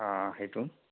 অ সেইটো